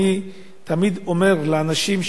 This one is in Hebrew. אני תמיד אומר לאנשים,